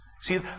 See